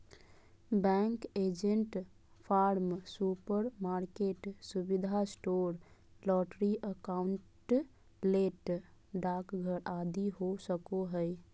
bank agent farm, supermarket, सुविधा store, lottery outlet, डाकघर आदि हो सको हइ